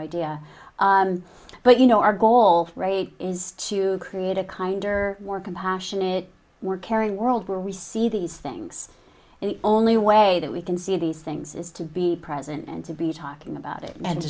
idea but you know our goal is to create a kinder more compassionate more caring world where we see these things and the only way that we can see these things is to be present and to be talking about it and